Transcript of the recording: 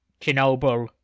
Chernobyl